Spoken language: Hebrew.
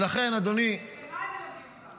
ולכן, אדוני --- ומה הם מלמדים אותם.